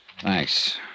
Thanks